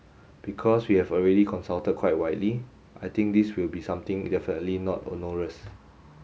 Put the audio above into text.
because we have already consulted quite widely I think this will be something definitely not onerous